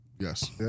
Yes